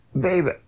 Baby